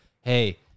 Hey